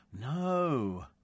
No